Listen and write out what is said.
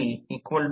04 ampere